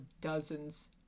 dozens